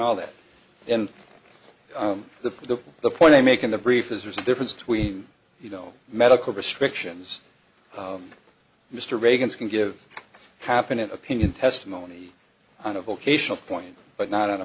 all that and the the point i make in the brief is there's a difference between you know medical restrictions mr reagan's can give happened in opinion testimony on a vocational point but not on a